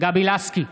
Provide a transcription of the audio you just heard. גבי לסקי,